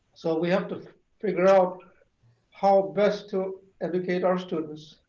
so we have to figure out how best to educate our students